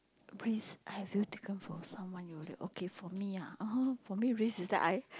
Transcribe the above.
risk have you taken for someone you okay for me ah (uh huh) for me risks is that I